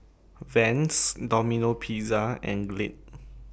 Vans Domino Pizza and Glade